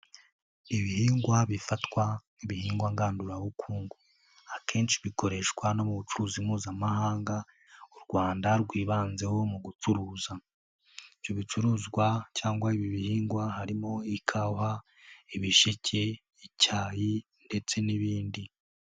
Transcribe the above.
Ibihingwa bifatwa nk'ibihingwa ngandurabukungu, akenshi bikoreshwa no mu bucuruzi Mpuzamahanga u Rwanda rwibanzeho mu gucuruza. Ibyo bicuruzwa cyangwa ibi ibihingwa harimo: ikawa, ibisheke, icyayi ndetse n'ibindi.